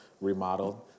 remodeled